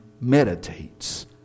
meditates